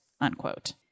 unquote